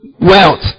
wealth